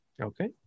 Okay